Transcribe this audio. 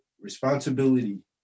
responsibility